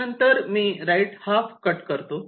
त्यानंतर मी right half cut करतो